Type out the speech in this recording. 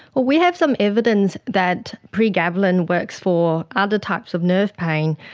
we have some evidence that pregabalin works for other types of nerve pain.